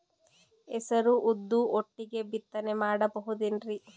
ಹೆಸರು ಉದ್ದು ಒಟ್ಟಿಗೆ ಬಿತ್ತನೆ ಮಾಡಬೋದೇನ್ರಿ?